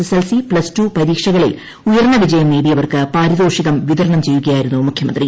S L C plus two പരീക്ഷകളിൽ ഉയർന്ന വിജയം നേടിയവർക്ക് പാരിതോഷികം വിതരണം ചെയ്യുകയായിരുന്നു മുഖ്യമന്ത്രി